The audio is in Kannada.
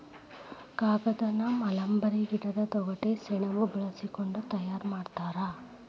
ಕಾಗದಾನ ಮಲ್ಬೇರಿ ಗಿಡದ ತೊಗಟಿ ಸೆಣಬ ಬಳಸಕೊಂಡ ತಯಾರ ಮಾಡ್ತಾರ